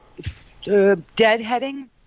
deadheading